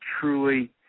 truly